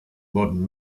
modern